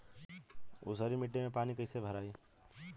ऊसर मिट्टी में पानी कईसे भराई?